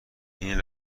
این